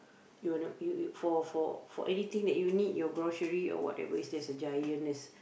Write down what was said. you will not you you for for for anything that you need your grocery or whatever there's a grocery there's a giant there's